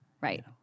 right